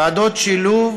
ועדות שילוב